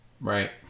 Right